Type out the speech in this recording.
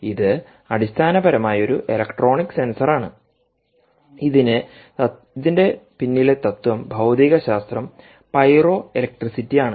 ഇത് അടിസ്ഥാനപരമായി ഒരു ഇലക്ട്രോണിക് സെൻസറാണ് ഇതിന് തത്ത്വംപിന്നിലെ ഭൌതികശാസ്ത്രം പൈറോഇലക്ട്രിസിറ്റി ആണ്